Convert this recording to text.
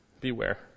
Beware